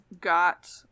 got